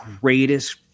greatest